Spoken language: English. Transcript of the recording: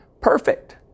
perfect